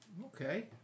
Okay